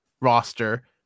roster